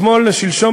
שלשום